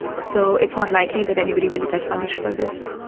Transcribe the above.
so it's not likely that anybody will get punished for this,